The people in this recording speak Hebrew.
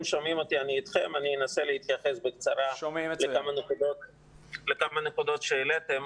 אנסה להתייחס בקצרה לכמה נקודות שהעליתם.